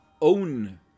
own